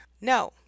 No